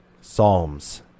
Psalms